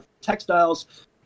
textiles